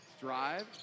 Drive